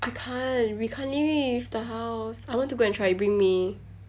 I can't we can't leave the house I want to go and try bring me